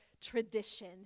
tradition